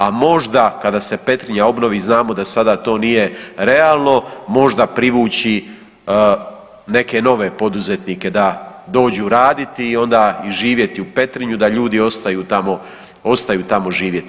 A možda kada se Petrinja obnovi, znamo da sada to nije realno, možda privući neke nove poduzetnike da dođu raditi i onda i živjeti u Petrinji da ljudi ostaju tamo živjeti.